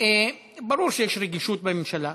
ברור שיש רגישות בממשלה.